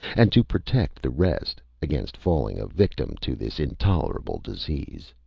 and to protect the rest against falling a victim to this intolerable disease.